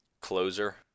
Closer